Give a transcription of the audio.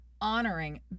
honoring